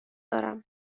دارم